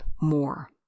more